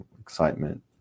excitement